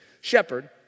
Shepherd